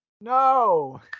No